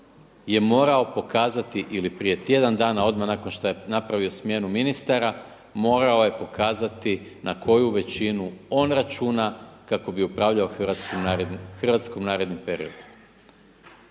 je morao pokazati ili prije tjedan dana odmah nakon što je napravio smjenu ministara morao je pokazati na koju većinu on računa kako bi upravljao Hrvatskom naredni period.